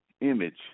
image